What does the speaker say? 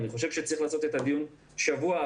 אני חושב שצריך לעשות דיון נוסף,